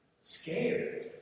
scared